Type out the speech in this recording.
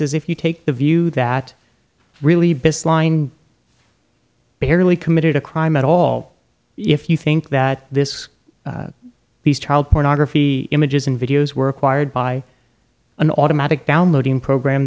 is if you take the view that really busy barely committed a crime at all if you think that this these child pornography images and videos were acquired by an automatic downloading program